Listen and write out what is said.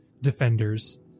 defenders